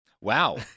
Wow